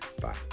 Bye